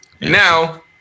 now